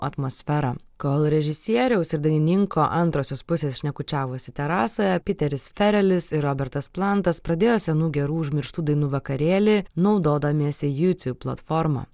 atmosferą kol režisieriaus ir dainininko antrosios pusės šnekučiavosi terasoje piteris robertasplantas pradėjo senų gerų užmirštų dainų vakarėlį naudodamiesi youtube platforma